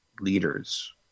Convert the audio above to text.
leaders